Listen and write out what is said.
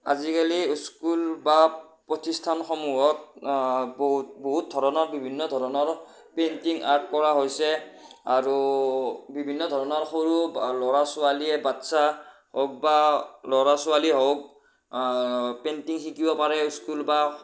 আজিকালি স্কুল বা প্ৰতিষ্ঠানসমূহত বহুত বহুত ধৰণৰ বিভিন্ন ধৰণৰ পেইণ্টিং আৰ্ট কৰা হৈছে আৰু বিভিন্ন ধৰণৰ সৰু ল'ৰা ছোৱালীয়ে বাচ্ছা হওক বা ল'ৰা ছোৱালীয়ে হওক পেইণ্টিং শিকিব পাৰে স্কুল বা